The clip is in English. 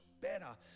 better